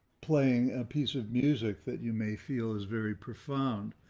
playing a piece of music that you may feel is very profound.